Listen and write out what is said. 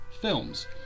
films